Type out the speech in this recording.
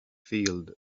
field